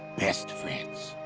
best friends.